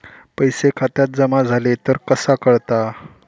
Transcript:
पैसे खात्यात जमा झाले तर कसा कळता?